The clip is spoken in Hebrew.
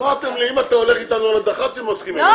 אמרתם לי אם אתה הולך אתנו על הדח"צים מסכימים,